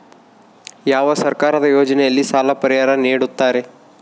ಯಾವ ಸರ್ಕಾರದ ಯೋಜನೆಯಲ್ಲಿ ಸಾಲ ಪರಿಹಾರ ನೇಡುತ್ತಾರೆ?